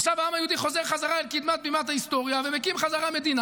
עכשיו העם היהודי חוזר חזרה לקדמת בימת ההיסטוריה ומקים חזרה מדינה.